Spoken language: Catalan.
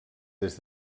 des